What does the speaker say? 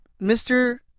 Mr